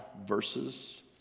verses